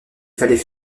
fallait